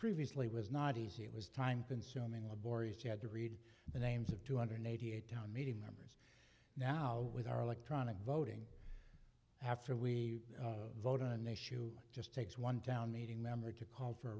previously was not easy it was time consuming laborious you had to read the names of two hundred and eighty eight dollars town meeting members now with our electronic voting after we vote on an issue just takes one town meeting member to call for